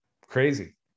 Crazy